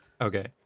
Okay